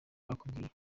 bakubwiye